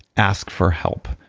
ask for help.